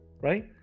Right